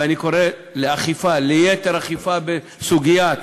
ואני קורא לאכיפה, ליתר אכיפה, בסוגיית